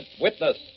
Witness